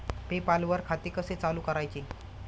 पे पाल वर खाते कसे चालु करायचे